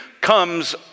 comes